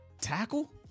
Tackle